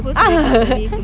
ah